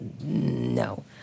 no